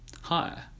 hi